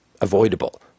avoidable